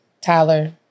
Tyler